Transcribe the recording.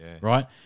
right